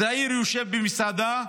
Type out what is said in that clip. צעיר יושב במסעדה,